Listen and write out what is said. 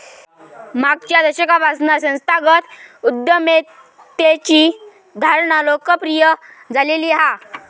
मागच्या दशकापासना संस्थागत उद्यमितेची धारणा लोकप्रिय झालेली हा